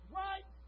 right